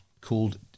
called